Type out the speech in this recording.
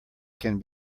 can